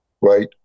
Right